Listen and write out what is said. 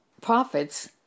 Prophets